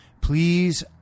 Please